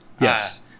Yes